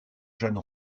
jeanne